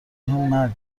مرگ